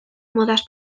modaz